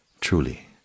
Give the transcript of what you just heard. Truly